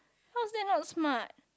how's that not smart